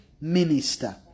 minister